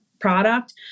product